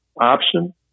option